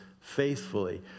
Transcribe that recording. faithfully